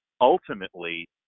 ultimately